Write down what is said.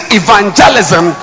evangelism